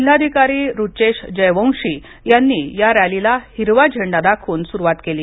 जिल्हाधिकारी रुचेश जयवंशी यांनी या रॅलीला हिरवा झेंडा दाखवून सुरुवात केली